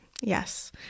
yes